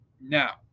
Now